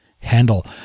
handle